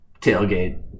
tailgate